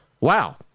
Wow